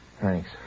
Thanks